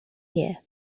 year